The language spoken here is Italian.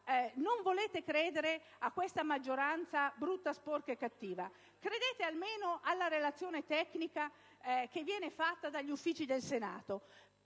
Non volete credere a questa minoranza brutta, sporca e cattiva. Bene, credete almeno alla relazione tecnica redatta dagli Uffici del Senato,